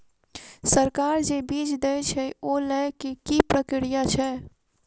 सरकार जे बीज देय छै ओ लय केँ की प्रक्रिया छै?